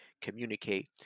communicate